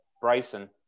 Bryson